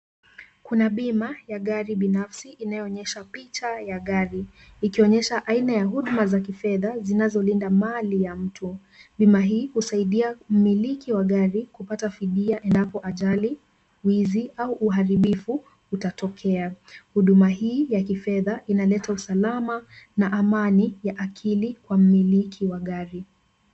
Kuna bima ya gari binafsi inayoonyesha picha ya gari ikionyesha aina ya huduma za kifedha zinazolinda mali ya mtu. Bima hii husaidia mmiliki wa gari kupata fidia endapo ajali, wizi au uharibifu utatokea, huduma hii ya kifedha inaleta usalama na amani ya akili kwa mmiliki wa gari.